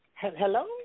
Hello